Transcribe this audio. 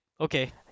Okay